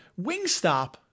Wingstop